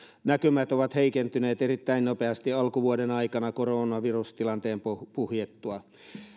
näkymät ovat heikentyneet erittäin nopeasti alkuvuoden aikana koronavirustilanteen puhjettua